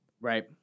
Right